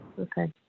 okay